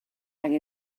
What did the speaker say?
angen